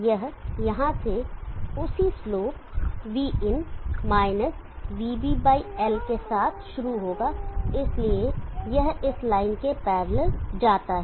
यह यहां से उसी slope vin minus vB L के साथ शुरू होगा इसलिए यह इस लाइन के पैरलल जाता है